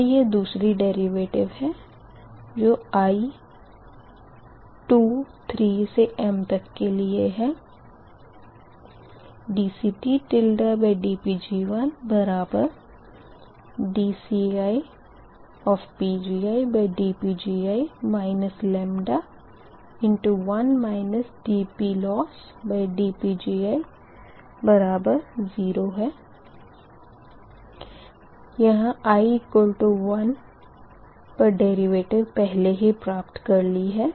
और यह दूसरी डेरिवेटिव है i23m के लिए dCTdPgidCidPgi λ1 dPLossdPgi0 लेकिन यह i 1 पर डेरिवेटिव पहले ही प्राप्त कर ली है